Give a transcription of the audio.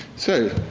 so,